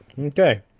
Okay